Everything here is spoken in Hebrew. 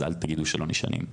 אז אל תגידו שלא נשענים.